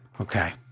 Okay